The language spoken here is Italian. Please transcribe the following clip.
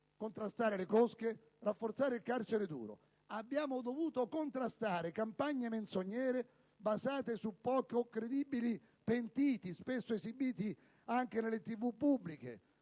contrastare le cosche, rafforzare il carcere duro. Abbiamo dovuto contrastare campagne menzognere basate su poco credibili pentiti, spesso esibiti anche nelle TV pubbliche,